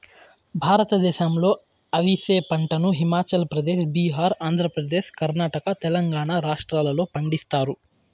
భారతదేశంలో అవిసె పంటను హిమాచల్ ప్రదేశ్, బీహార్, ఆంధ్రప్రదేశ్, కర్ణాటక, తెలంగాణ రాష్ట్రాలలో పండిస్తారు